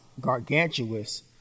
gargantuous